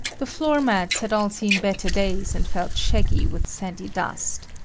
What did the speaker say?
the floor-mats had all seen better days and felt shaggy with sandy dust.